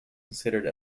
considered